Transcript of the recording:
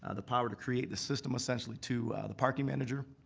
ah the power to create the system essentially to the parking manager.